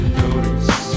notice